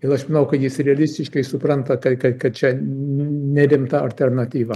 ir aš manau kad jis realistiškai supranta ka ka kad čia ne rimta alternatyva